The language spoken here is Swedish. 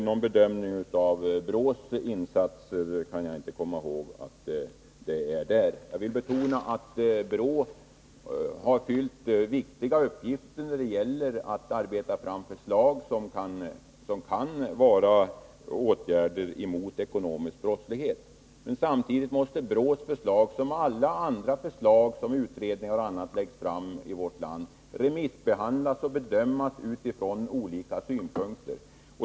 Någon bedömning av BRÅ:s insatser kan jag inte komma ihåg att det finns där. Jag vill betona att BRÅ har utfört viktiga uppgifter när det gäller att arbeta fram förslag som kan leda till åtgärder mot ekonomisk brottslighet. Men samtidigt måste BRÅ:s förslag liksom alla andra förslag som utredningar och andra lägger fram i vårt land, remissbehandlas och bedömas utifrån olika synpunkter.